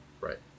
Right